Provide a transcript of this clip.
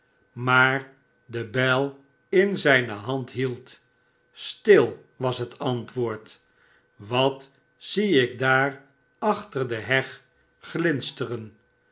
maar de bijl in zijne hand hield still was het antwoord wat zie ik daar achter de heg glinsteren